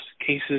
cases